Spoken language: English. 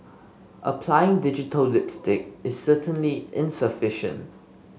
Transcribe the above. applying digital lipstick is certainly insufficient